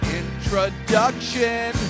introduction